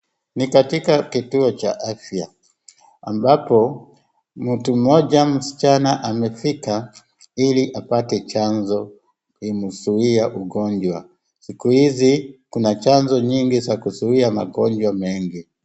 Ni katika kituo cha afya, ambapo, mtu mmoja msichana amefika ili apate chanjo imzuie ugonjwa. Siku hizi kuna chanjo nyingi za kuzuia magonjwa mengi.